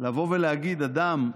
לבוא ולהגיד שאדם,